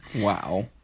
Wow